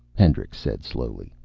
hendricks said slowly.